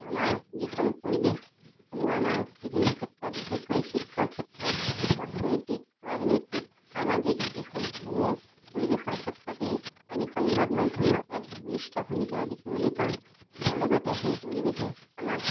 আমাৰ যি সম পৰিৱেশসমূহ আমাৰ বিভিন্ন ক্ষেত্ৰত বিশেষকৈ শিক্ষাৰ ক্ষেত্ৰত অৰ্থনৈতিক ৰাজনৈতিক সামাজিক এইসমূহ পৰিৱেশৰ ক্ষেত্ৰতেই আমি সংবাদ মাধ্যমৰ এক বলিষ্ঠ ভূমিকা দেখিবলৈ পাওঁ আৰু লগতে সেই পৰিৱেশে আমাক